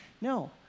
No